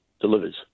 delivers